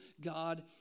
God